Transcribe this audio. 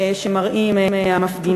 שמראים המפגינים.